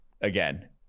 again